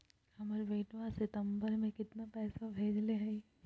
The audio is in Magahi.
हमर बेटवा सितंबरा में कितना पैसवा भेजले हई?